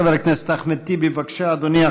חבר הכנסת אחמד טיבי, בבקשה, אדוני.